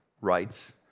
rights